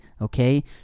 okay